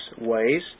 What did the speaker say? ways